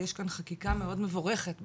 יש כאן חקיקה מאוד מבורכת בכנסת,